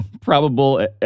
probable